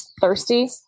Thirsty